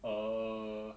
err